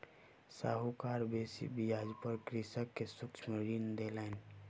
साहूकार बेसी ब्याज पर कृषक के सूक्ष्म ऋण देलैन